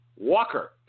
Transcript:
walker